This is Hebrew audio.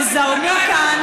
שזרמו כאן,